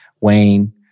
Wayne